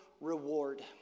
reward